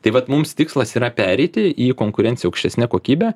tai vat mums tikslas yra pereiti į konkurenciją aukštesne kokybe